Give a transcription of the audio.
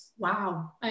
Wow